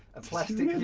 a plastic uke.